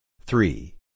Three